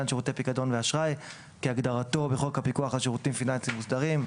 שירותי פיקדון ואשראי כהגדרתו בחוק הפיקוח על שירותים פיננסיים מוסדרים;